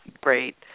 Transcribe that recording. great